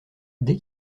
dès